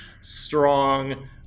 strong